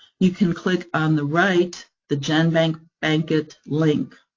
you can click on the right, the genbank bankit link.